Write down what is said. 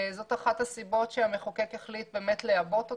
זאת אחת הסיבות שהמחוקק החליט לעבות אותו,